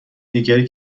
دیگری